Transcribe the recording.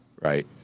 Right